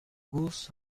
gules